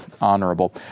honorable